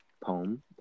poem